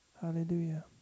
Hallelujah